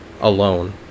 alone